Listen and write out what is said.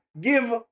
give